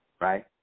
right